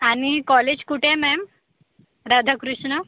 आणि कॉलेज कुठे आहे मॅम राधाकृष्ण